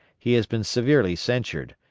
he has been severely censured,